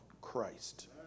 Christ